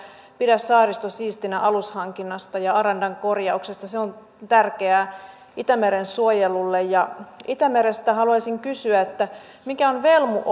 pidä saaristo siistinä alushankinnasta ja arandan korjauksesta se on tärkeää itämeren suojelulle ja itämerestä haluaisin kysyä mikä on velmu